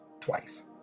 twice